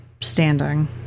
standing